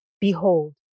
Behold